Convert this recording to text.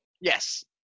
Yes